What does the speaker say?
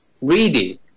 reading